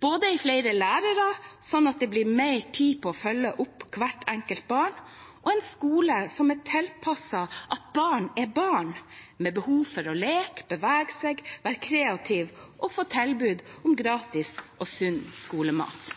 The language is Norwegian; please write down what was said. både i flere lærere, sånn at det blir mer tid til å følge opp hvert enkelt barn, og i en skole som er tilpasset at barn er barn, med behov for å leke, bevege seg, være kreative og få tilbud om gratis og sunn skolemat.